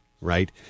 right